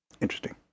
Interesting